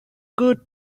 good